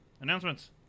Announcements